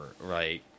right